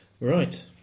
Right